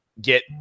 get